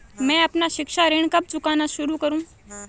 मैं अपना शिक्षा ऋण कब चुकाना शुरू करूँ?